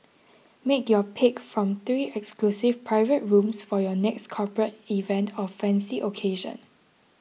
make your pick from three exclusive private rooms for your next corporate event or fancy occasion